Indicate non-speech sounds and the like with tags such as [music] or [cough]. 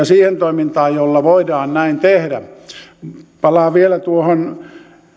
[unintelligible] siihen toimintaan jolla voidaan näin tehdä palaan vielä tuohon